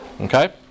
Okay